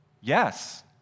Yes